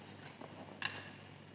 Hvala